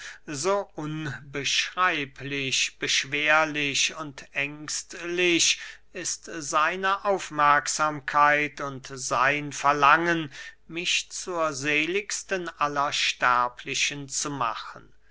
so unbeschreiblich beschwerlich und ängstlich ist seine aufmerksamkeit und sein verlangen mich zur seligsten aller sterblichen zu machen